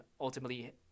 ultimately